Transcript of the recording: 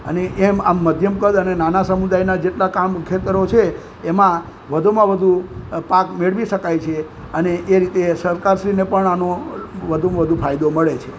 અને એમ આ મધ્યમ કદ અને નાના સમુદાયના જેટલા ખેતરો છે એમાં વધુમાં વધુ પાક મેળવી શકાય છે અને એ રીતે સરકારશ્રીને પણ આનો વધુમાં વધુ ફાયદો મળે છે